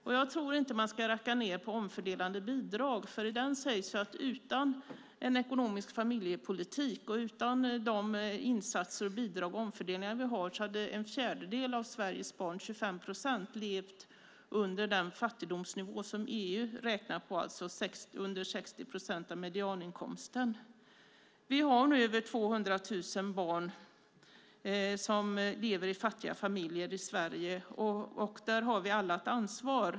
Och jag tror inte att man ska racka ned på omfördelande bidrag, för i rapporten sägs att utan en ekonomisk familjepolitik och utan de insatser, bidrag och omfördelningar som vi har hade en fjärdedel av Sveriges barn, 25 procent, levt under den fattigdomsnivå som EU räknar på, alltså under 60 procent av medianinkomsten. Vi har nu över 200 000 barn som lever i fattiga familjer i Sverige, och där har vi alla ett ansvar.